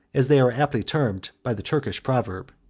as they were aptly termed by the turkish proverb.